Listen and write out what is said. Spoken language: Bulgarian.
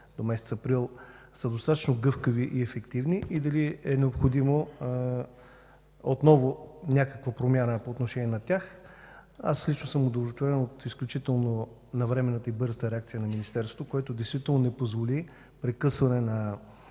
ще бъдат ясни, са достатъчно гъвкави и ефективни и дали е необходимо отново някаква промяна по отношение на тях. Аз лично съм удовлетворен от изключително навременната и бърза реакция на министерството, което действително не позволи прекъсване на